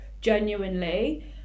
genuinely